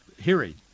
hearing